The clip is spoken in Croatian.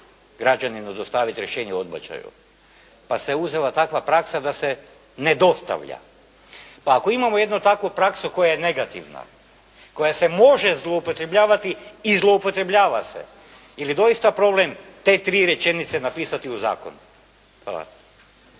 građaninu dostaviti rješenje o odbačaju pa se uzela takva praksa da se ne dostavlja. Pa ako imamo jednu takvu praksu koja je negativna, koja se može zloupotrebljavati i zloupotrebljava se ili je doista problem te tri rečenice napisati u zakonu.